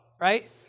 right